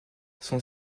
son